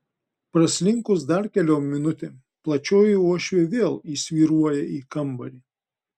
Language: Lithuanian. praslinkus dar keliom minutėm plačioji uošvė vėl įsvyruoja į kambarį